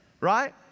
right